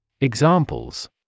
Examples